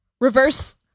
Reverse